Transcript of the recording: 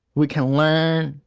we can learn.